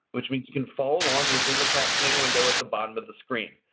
which means you can follow along within the captioning window at the bottom of the screen.